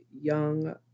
young